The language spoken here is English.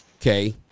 okay